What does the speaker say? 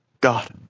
God